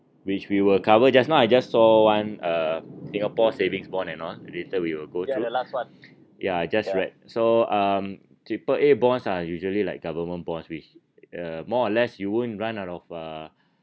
which we will cover just now I just saw one uh singapore savings bond and all later we will go through ya I just read so um triple A bonds are usually like government bonds which uh more or less you won't run out of uh